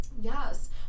Yes